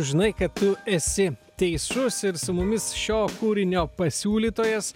žinai kad tu esi teisus ir su mumis šio kūrinio pasiūlytojas